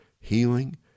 healing